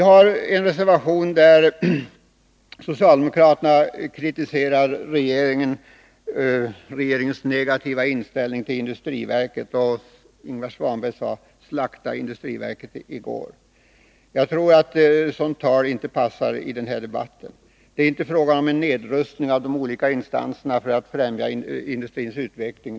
I en reservation kritiserar socialdemokraterna regeringen för att ha en negativ inställning till industriverket. Ingvar Svanberg sade i går: Slakta industriverket! Jag tror att en sådan uppmaning inte passar i den här debatten. Det är inte fråga om en nedrustning av de olika instanserna för att främja industrins utveckling.